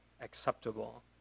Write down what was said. acceptable